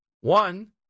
One